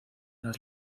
las